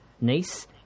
niece